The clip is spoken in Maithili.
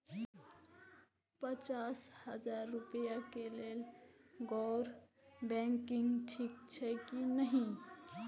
पचास हजार रुपए के लेल गैर बैंकिंग ठिक छै कि नहिं?